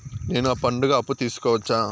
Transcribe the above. నేను పండుగ అప్పు తీసుకోవచ్చా?